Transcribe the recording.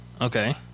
Okay